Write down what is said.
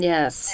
Yes